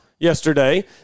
Yesterday